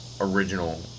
original